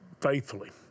faithfully